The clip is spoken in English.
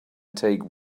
take